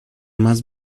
must